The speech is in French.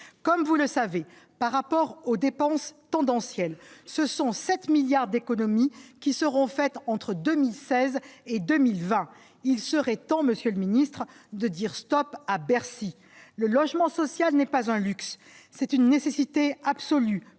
comme vous le savez, par rapport aux dépenses tendancielle, ce sont 7 milliards d'économies qui seront faites entre 2016 et 2020, il serait temps, Monsieur le Ministre, de dire Stop à Bercy, le logement social n'est pas un luxe, c'est une nécessité absolue